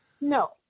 No